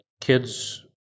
kids